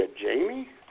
Jamie